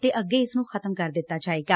ਅਤੇ ਅੱਗੇ ਇਸ ਨੂੰ ਖ਼ਤਮ ਕਰ ਦਿੱਤਾ ਜਾਏਗਾ